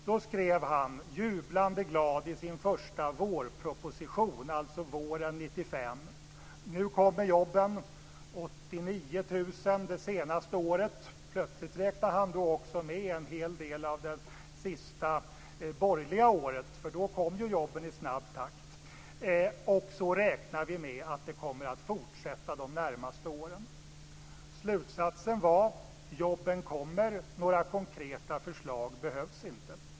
Då skrev han, jublande glad, i sin första vårproposition, alltså våren 1995: Nu kommer jobben, 89 000 det senaste året - plötsligt räknade han då också med en hel del av det sista borgerliga regeringsåret, för då kom ju jobben i snabb takt - och så räknar vi med att det kommer att fortsätta de närmaste åren. Slutsatsen var: Jobben kommer. Några konkreta förslag behövs inte.